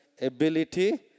ability